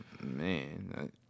Man